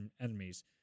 enemies